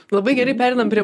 labai gerai pereinam prie